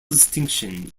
distinction